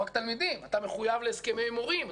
אתה מחויב להסכמי מורים,